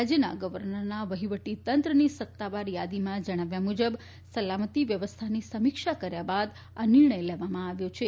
રાજ્યના ગર્વનરના વહિવટી તંત્રની સત્તાવાર યાદીમાં જણાવ્યા મુજબ સલામતી વ્યવસ્થાની સમીક્ષા કર્યા બાદ આ નિર્ણય લેવામાં આવ્યો છે